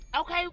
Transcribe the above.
okay